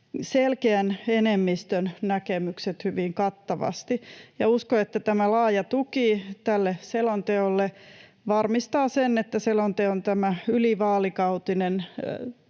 selkeän enemmistön näkemykset hyvin kattavasti. Uskon, että tämä laaja tuki tälle selonteolle varmistaa sen, että selonteon ylivaalikautinen